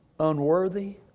Unworthy